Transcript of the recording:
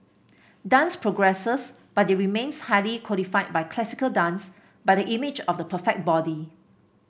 dance progresses but it remains highly codified by classical dance by the image of the perfect body